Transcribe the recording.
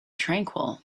tranquil